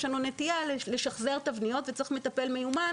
יש לנו נטייה לשחזר תבניות וצריך מטפל מיומן